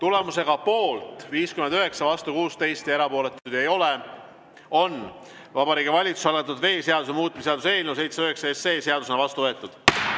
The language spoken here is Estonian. Tulemusega poolt 59, vastu 16, erapooletuid ei ole, on Vabariigi Valitsuse algatatud veeseaduse muutmise seaduse eelnõu 709 seadusena vastu võetud.